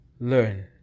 learn